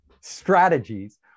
strategies